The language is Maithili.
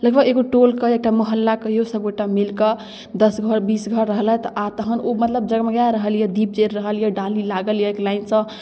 लगभग एक टोलके एकटा मोहल्ला कहिऔ सबगोटा मिलिकऽ दस घर बीस घर सब रहलथि आओर तहन ओ मतलब जगमगा रहल अइ दीप जरि रहल अइ डाली लागल अइ एक लाइनसँ